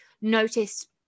noticed